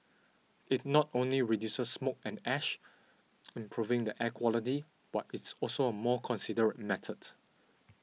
it not only reduces smoke and ash improving the air quality but it's also a more considerate method